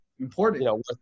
important